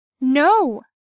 No